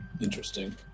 Interesting